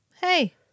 Hey